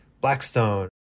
Blackstone